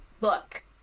look